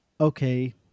okay